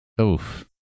Oof